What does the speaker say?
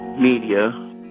media